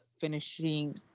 finishing